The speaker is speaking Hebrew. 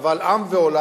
קבל עם ועולם